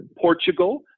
Portugal